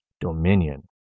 dominion